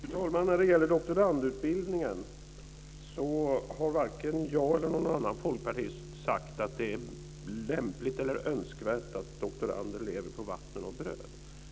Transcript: Fru talman! När det gäller doktorandutbildningen har varken jag eller någon annan folkpartist sagt att det är lämpligt eller önskvärt att doktorander lever på vatten och bröd.